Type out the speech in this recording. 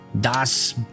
Das